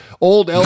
Old